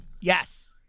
yes